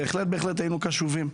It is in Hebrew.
בהחלט היינו קשובים.